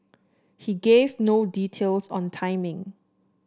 he gave no details on timing